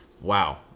Wow